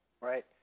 right